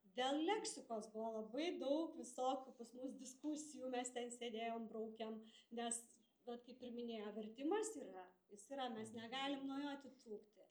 dėl leksikos buvo labai daug visokių pas mus diskusijų mes ten sėdėjom braukėm nes kaip ir minėjo vertimas yra jis yra mes negalim nuo jo atitrūkti